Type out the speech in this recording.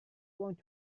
want